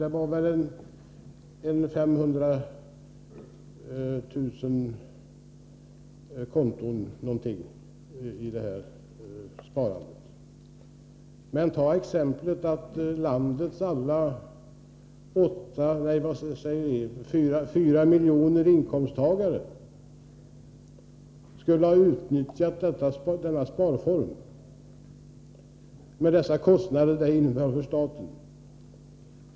Det fanns väl ca 500 000 konton för detta sparande, och låt oss anta att landets 4 miljoner inkomsttagare skulle ha utnyttjat denna sparform med de kostnader det skulle ha inneburit för staten!